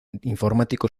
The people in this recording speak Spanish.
informático